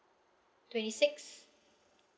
twenty six